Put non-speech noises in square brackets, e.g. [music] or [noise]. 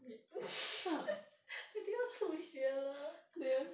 [laughs] 已近要吐血了